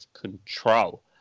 control